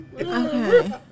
Okay